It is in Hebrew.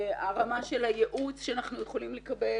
הרמה של הייעוץ שאנחנו יכולים לקבל.